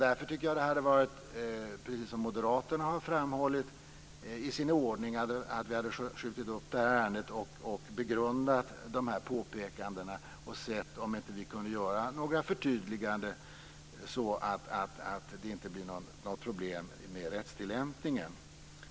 Därför tycker jag, precis som moderaterna har framhållit, att det varit i sin ordning att vi skjutit upp ärendet och begrundat dessa påpekanden och sett om vi inte kunnat göra några förtydliganden så att det inte blir något problem med rättstillämpningen.